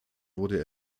wurde